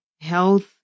health